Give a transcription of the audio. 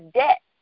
debt